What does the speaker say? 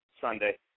Sunday